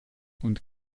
und